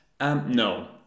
No